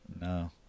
No